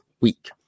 week